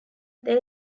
there